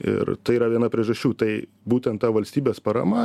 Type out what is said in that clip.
ir tai yra viena priežasčių tai būtent ta valstybės parama